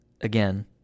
again